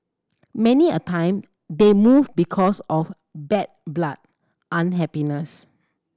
many a time they move because of bad blood unhappiness